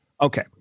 Okay